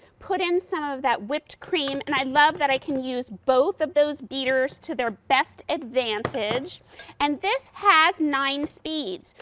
put in some of that whipped cream. and i love i can use both of those beaters to their best advantage and this has nine speed.